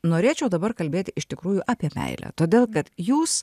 norėčiau dabar kalbėti iš tikrųjų apie meilę todėl kad jūs